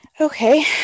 Okay